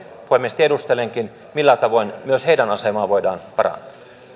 puhemies tiedustelenkin millä tavoin myös heidän asemaansa voidaan parantaa